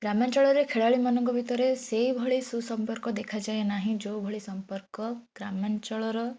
ଗ୍ରାମାଞ୍ଚଳରେ ଖେଳାଳିମାନଙ୍କ ଭିତରେ ସେହିଭଳି ସୁସମ୍ପର୍କ ଦେଖାଯାଏ ନାହିଁ ଯେଉଁଭଳି ସମ୍ପର୍କ ଗ୍ରାମାଞ୍ଚଳର